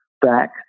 back